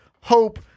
hope